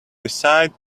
decided